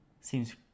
Seems